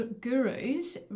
gurus